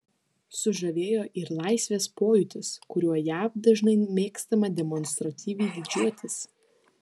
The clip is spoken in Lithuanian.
sužavėjo ir laisvės pojūtis kuriuo jav dažnai mėgstama demonstratyviai didžiuotis